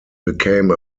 became